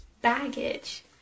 baggage